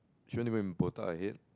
she went to go and botak her head